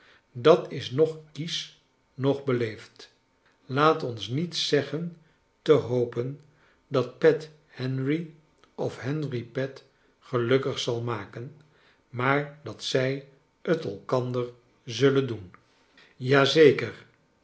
dat is noch kiesch noch beleefd laat ons niet zeggen te hopen dat pet henry of henry pet gelukkig zal maken maar dat zij t elkander zullen doen